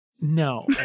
No